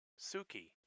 Suki